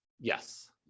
Yes